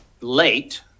late